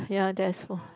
ya that's